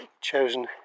chosen